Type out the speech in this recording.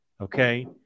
okay